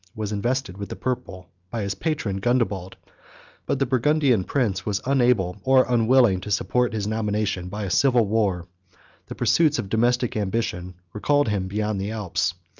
was invested with the purple by his patron gundobald but the burgundian prince was unable, or unwilling, to support his nomination by a civil war the pursuits of domestic ambition recalled him beyond the alps,